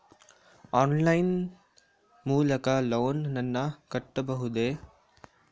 Online line ಮೂಲಕ loan ನನ್ನ ಕಟ್ಟಬಹುದೇ?